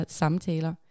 samtaler